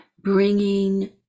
bringing